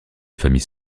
famille